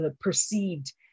perceived